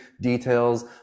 details